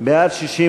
סעיף 4 נתקבל.